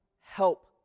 help